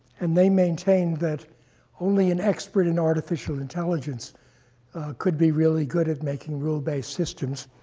and they maintained that only an expert in artificial intelligence could be really good at making rule-based systems.